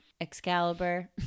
Excalibur